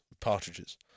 partridges